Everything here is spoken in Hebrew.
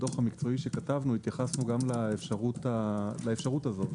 בדו"ח המקצועי שכתבנו התייחסנו גם לאפשרות הזו,